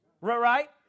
Right